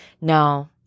No